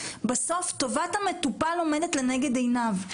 טובת המטופל עומדת לנגד עיניהם.